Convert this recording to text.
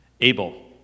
Abel